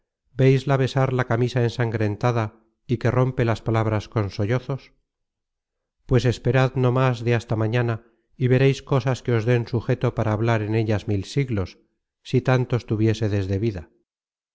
matadora veisla besar la camisa ensangrentada y que rompe las palabras con sollozos pues esperad no más de hasta mañana y vereis cosas que os den sujeto para hablar en ellas mil siglos si tantos tuviésedes de vida